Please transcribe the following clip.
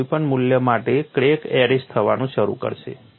ના કોઈક મૂલ્ય માટે ક્રેક એરેસ્ટ થવાનું શરૂ કરશે